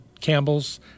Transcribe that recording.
Campbell's